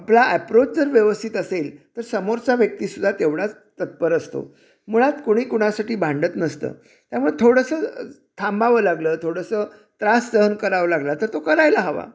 आपला ॲप्रोच जर व्यवस्थित असेल तर समोरचा व्यक्तीसुद्धा तेवढाच तत्पर असतो मुळात कोणी कोणासाठी भांडत नसतं त्यामुळे थोडंसं थांबावं लागलं थोडंसं त्रास सहन करावं लागला तर तो करायला हवा